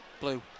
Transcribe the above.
Blue